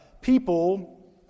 people